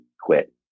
quit